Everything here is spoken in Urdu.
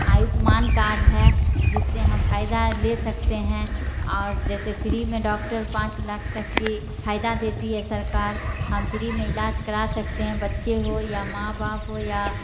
آیوشمان کارڈ ہے جس سے ہم فائدہ لے سکتے ہیں اور جیسے پھری میں ڈاکٹر پانچ لاکھ تک کی فائدہ دیتی ہے سرکار ہم پھری میں علاج کرا سکتے ہیں بچے ہو یا ماں باپ ہو یا